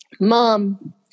Mom